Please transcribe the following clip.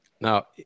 now